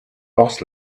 boss